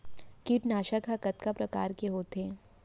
कीटनाशक ह कतका प्रकार के होथे?